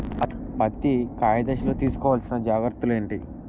పత్తి కాయ దశ లొ తీసుకోవల్సిన జాగ్రత్తలు ఏంటి?